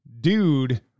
dude